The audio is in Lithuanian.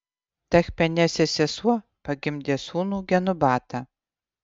tachpenesės sesuo pagimdė sūnų genubatą